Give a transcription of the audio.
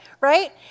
Right